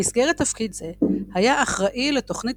במסגרת תפקיד זה היה אחראי לתוכנית